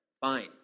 Fine